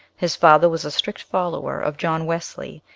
his father was a strict follower of john wesley,